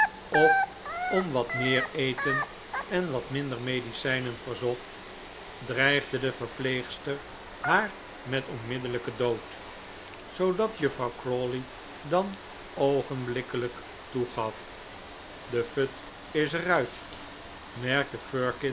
of om wat meer eten en wat minder medicijnen verzocht dreigde de verpleegster haar met onmiddellijken dood zoodat juffrouw crawley dan oogenblikkelijk toegaf de fut is er uit merkte